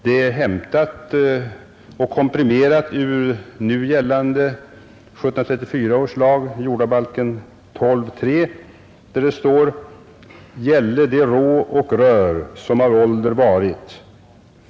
Det är hämtat och komprimerat ur nu gällande 1734 års lag, jordabalken 12:3, där det står: ”——— gälle de rå och rör, som av ålder varit ———.